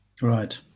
Right